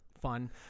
fun